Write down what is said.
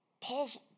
Paul's